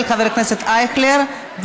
אמסלם, חבר הכנסת אמסלם.